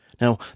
Now